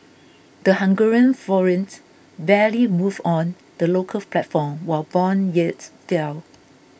the Hungarian forint barely moved on the local platform while bond yields fell